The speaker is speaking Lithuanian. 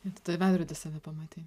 ir tada veidrody save pamatei